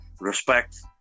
Respect